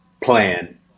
plan